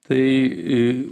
tai i